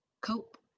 cope